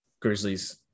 grizzlies